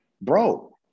bro